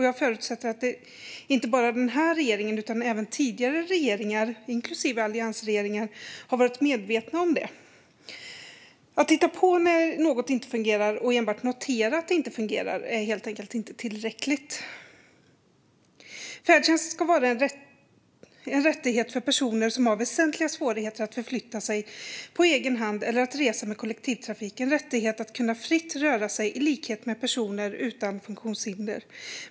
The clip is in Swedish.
Jag förutsätter att inte bara den här regeringen utan även tidigare regeringar, inklusive alliansregeringar, har varit medvetna om det. Att titta på när något inte fungerar och enbart notera att det inte fungerar är helt enkelt inte tillräckligt. Färdtjänst ska vara en rättighet för personer som har väsentliga svårigheter att förflytta sig på egen hand eller att resa med kollektivtrafiken - en rättighet att kunna röra sig fritt i likhet med personer utan funktionshinder.